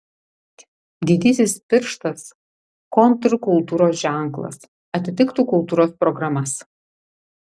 didysis pirštas kontrkultūros ženklas atitiktų kultūros programas